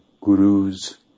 gurus